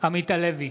עמית הלוי,